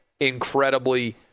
incredibly